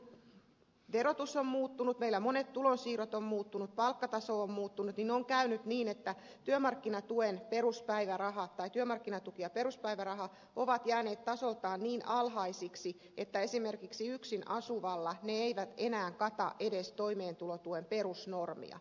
kun verotus on muuttunut meillä monet tulonsiirrot ovat muuttuneet palkkataso on muuttunut ja on käynyt niin että työmarkkinatuki ja peruspäiväraha ovat jääneet tasoltaan niin alhaisiksi että esimerkiksi yksin asuvalla ne eivät enää kata edes toimeentulotuen perusnormia